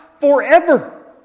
forever